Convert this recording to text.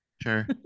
Sure